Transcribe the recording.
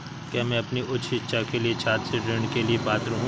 क्या मैं अपनी उच्च शिक्षा के लिए छात्र ऋण के लिए पात्र हूँ?